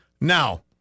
Now